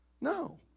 No